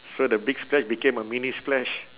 so the big splash became a mini splash